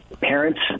Parents